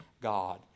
God